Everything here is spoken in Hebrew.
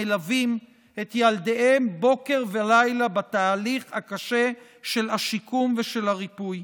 המלווים את ילדיהם בוקר ולילה בתהליך הקשה של השיקום ושל הריפוי.